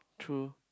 true